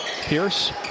Pierce